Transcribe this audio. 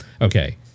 okay